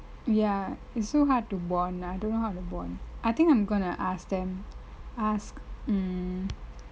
ya it's so hard to bond like I don't know how to bond I think I'm going to ask them ask mm